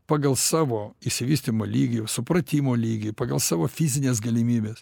pagal savo išsivystymo lygį supratimo lygį pagal savo fizines galimybes